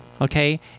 Okay